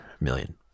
million